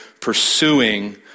pursuing